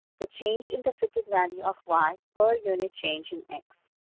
the change in the fitted value of y per unit change in x.